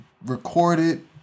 recorded